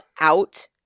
out